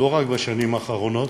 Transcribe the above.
לא רק בשנים האחרונות,